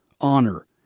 honor